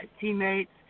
teammates